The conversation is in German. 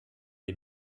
den